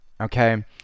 Okay